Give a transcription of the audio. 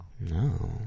No